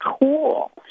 cool